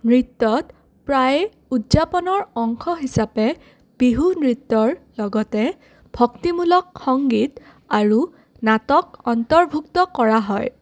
নৃত্যত প্ৰায়ে উদযাপনৰ অংশ হিচাপে বিহু নৃত্যৰ লগতে ভক্তিমূলক সংগীত আৰু নাটক অন্তৰ্ভুক্ত কৰা হয়